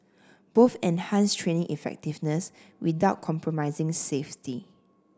both enhanced training effectiveness without compromising safety